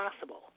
possible